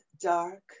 dark